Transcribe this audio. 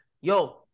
yo